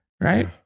right